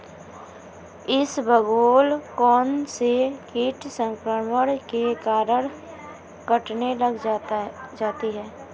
इसबगोल कौनसे कीट संक्रमण के कारण कटने लग जाती है?